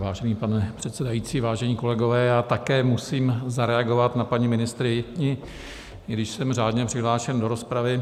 Vážený pane předsedající, vážení kolegové, také musím zareagovat na paní ministryni, i když jsem řádně přihlášen do rozpravy.